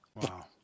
Wow